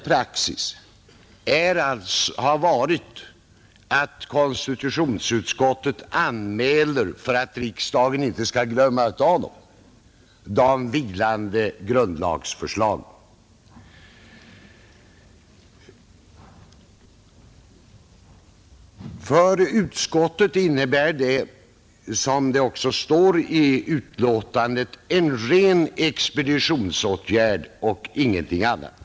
Praxis har varit att konstitutionsutskottet anmäler de vilande grundlagsförslagen för att riksdagen inte skall glömma dem. För utskottet innebär detta, som det också står i utskottsbetänkandet, en ren expeditionsåtgärd och ingenting annat.